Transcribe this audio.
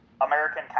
American